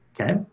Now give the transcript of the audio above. Okay